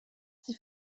sie